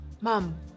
Mom